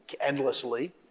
endlessly